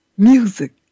Music